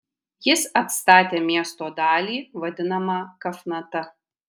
jis atstatė miesto dalį vadinamą kafnata